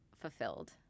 fulfilled